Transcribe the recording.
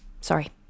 Sorry